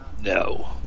No